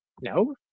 No